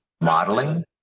modeling